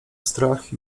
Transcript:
strach